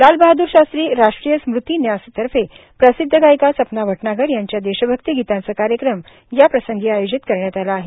लाल बहादूर शास्त्री राष्ट्रीय स्मृती न्यासतर्फे प्रसिद्ध गायिका सपना भटनागर यांच्या देशभक्ती गितांचा कार्यक्रम आयोजित करण्यात आलं आहे